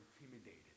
intimidated